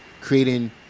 Creating